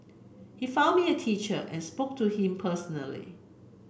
he found me a teacher and spoke to him personally